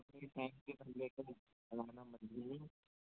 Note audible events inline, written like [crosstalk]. [unintelligible]